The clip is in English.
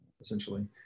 essentially